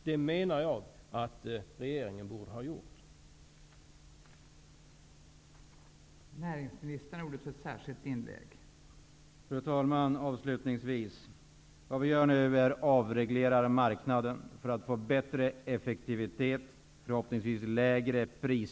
Jag menar att regeringen borde ha gjort på detta sätt.